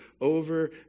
over